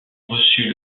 reçut